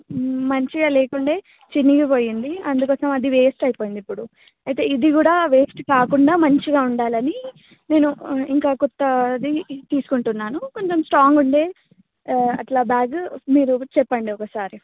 మంచిగా లేకుండే చినిగిపోయింది అందుకోసం అది వేస్ట్ అయిపోయింది ఇప్పుడు అయితే ఇది కూడా వేస్ట్ కాకుండా మంచిగా ఉండాలని నేను ఇంకా కొత్తది తీసుకుంటున్నాను కొంచెం స్ట్రాంగ్ ఉండే అట్లా బ్యాగ్ మీరు చెప్పండి ఒకసారి